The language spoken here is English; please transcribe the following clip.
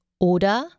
oder